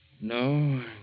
No